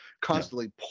constantly